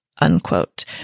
Unquote